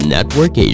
Network